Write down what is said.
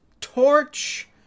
torch